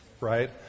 right